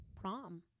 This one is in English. prom